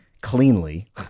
cleanly